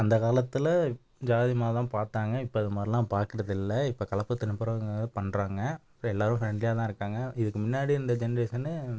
அந்த காலத்தில் ஜாதி மதம்லாம் பார்த்தாங்க இப்போ அது மாதிரிலாம் பார்க்கறதில்ல இப்போ கலப்பு திரும்புறவங்க பண்ணுறாங்க இப்போ எல்லாரும் ஃப்ரெண்ட்லியாலாம் இருக்காங்கள் இதுக்கு முன்னாடி இருந்த ஜென்ரேஷன்னு